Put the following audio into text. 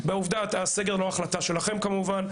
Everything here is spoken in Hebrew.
הסגר הוא לא החלטה שלכם כמובן,